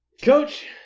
Coach